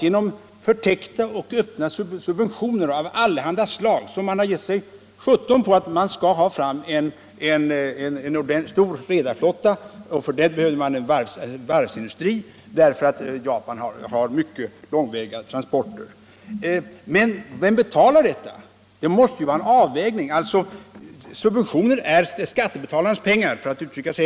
Genom förtäckta och öppna subventioner av allehanda slag har man gett sig sjutton på att få fram en stor redarflotta därför att Japan har mycket långa transporter, och till det behövde man en varvsindustri. Vem betalar detta? Det måste göras en avvägning. Subventioner är skattebetalarnas pengar.